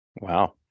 Wow